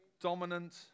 Dominant